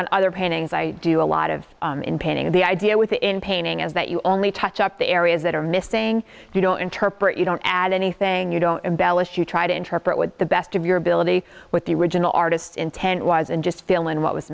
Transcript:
and other paintings i do a lot of painting of the idea with it in painting as that you only touch up the areas that are missing you don't interpret you don't add anything you don't embellish you try to interpret what the best of your ability what the original artist intent was and just fill in what was